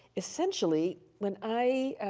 essentially, when i,